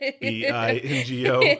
B-I-N-G-O